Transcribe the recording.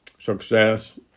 Success